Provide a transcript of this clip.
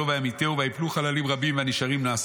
וימיתהו וייפלו חללים רבים והנשארים נסו.